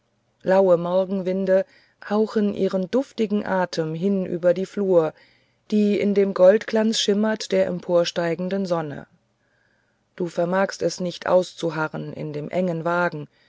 laue morgenwinde hauchen ihren duftigen atem hin über die flur die in dem goldglanz schimmert der emporgestiegenen sonne du vermagst es nicht auszuharren in dem engen wagen